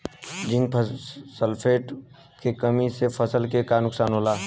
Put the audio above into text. Zinc sulphate के कमी से फसल के का नुकसान होला?